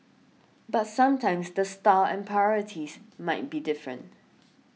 but sometimes the style and priorities might be different